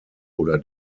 oder